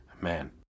man